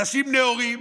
אנשים נאורים,